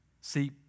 See